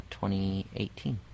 2018